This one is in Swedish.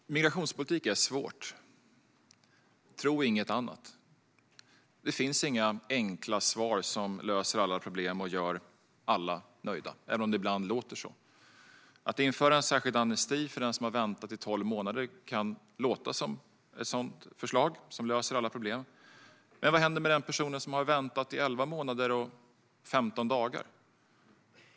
Herr talman! Migrationspolitik är svårt - tro inget annat. Det finns inga enkla svar som löser alla problem och gör alla nöjda, även om det ibland låter så. Att införa en särskild amnesti för den som har väntat i tolv månader kan låta som ett förslag som löser alla problem. Men vad händer med den person som har väntat i elva månader och femton dagar?